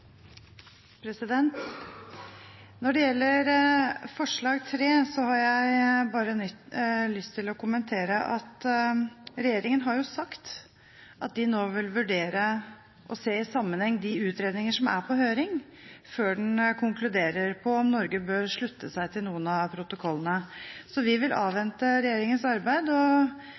sagt at de nå vil vurdere å se i sammenheng de utredningene som er på høring, før de konkluderer på om Norge bør slutte seg til noen av protokollene. Så vi vil